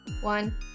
one